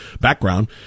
background